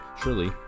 surely